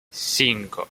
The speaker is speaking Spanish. cinco